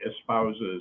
espouses